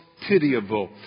pitiable